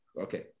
okay